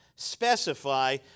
specify